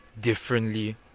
differently